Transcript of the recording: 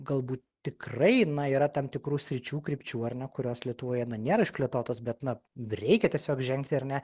galbūt tikrai yra tam tikrų sričių krypčių ar ne kurios lietuvoje na nėra išplėtotos bet na reikia tiesiog žengti ar ne